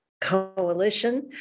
Coalition